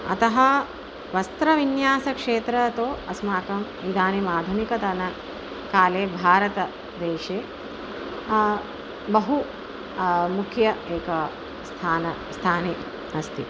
अतः वस्त्रविन्यासक्षेत्रं तु अस्माकम् इदानीम् आधुनिकतनकाले भारतदेशे बहु मुख्यम् एकं स्थान स्थाने अस्ति